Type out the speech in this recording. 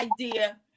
idea